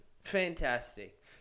fantastic